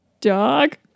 Dog